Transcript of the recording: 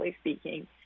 speaking